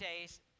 days